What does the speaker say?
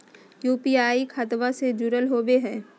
UPI खतबा से जुरल होवे हय?